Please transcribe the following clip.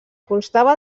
constava